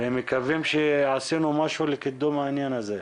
מקווים שעשינו משהו לקידום העניין הזה.